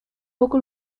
poco